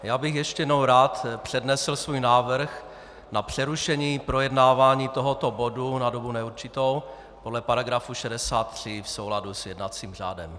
Já bych ještě jednou rád přednesl svůj návrh na přerušení projednávání tohoto bodu na dobu neurčitou podle § 63 v souladu s jednacím řádem.